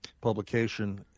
publication